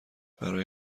برای